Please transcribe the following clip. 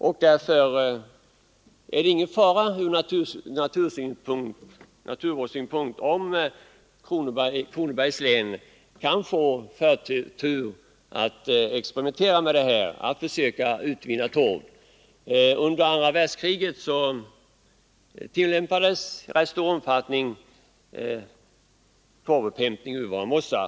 Beträffande dem är det alltså ingen fara från naturvårdsynpunkt om man i Kronobergs län får förtur att experimentera med försök att utvinna torv. Under andra världskriget tillämpades i rätt stor utsträckning torvtäkt ur våra mossar.